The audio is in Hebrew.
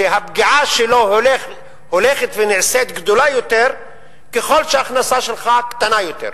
שהפגיעה שלו הולכת ונעשית גדולה יותר ככל שההכנסה שלך קטנה יותר.